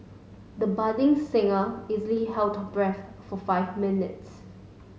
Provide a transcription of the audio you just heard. the budding singer easily held her breath for five minutes